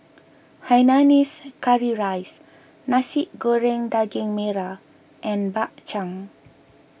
Hainanese Curry Rice Nasi Goreng Daging Merah and Bak Chang